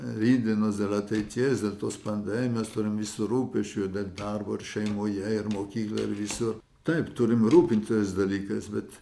rytdienos dėl ateities dėl tos pandemijos turim visi rūpesčių darbo ir šeimoje ir mokykloje ir visur taip turim rūpintis tais dalykais bet